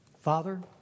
Father